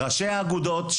ראשי האגודות,